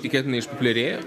tikėtina išpopuliarėjo